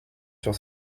sur